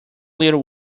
little